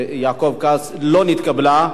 2011, נתקבלה.